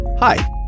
Hi